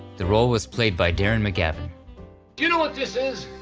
the role was played by darren mcgavin. do you know what this is?